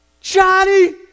Johnny